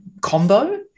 combo